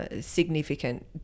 significant